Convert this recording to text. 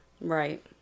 Right